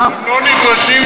אתם לא נדרשים,